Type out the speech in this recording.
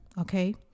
okay